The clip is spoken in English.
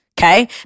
okay